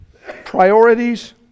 priorities